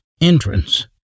entrance